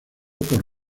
por